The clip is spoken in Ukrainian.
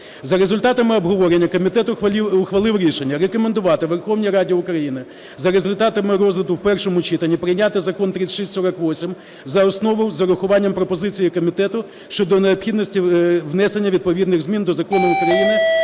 За результатами обговорення комітет ухвалив рішення рекомендувати Верховній Раді України за результатами розгляду в першому читанні прийняти Закон 3648 за основу з урахуванням пропозицій комітету щодо необхідності внесення відповідних змін до Закону України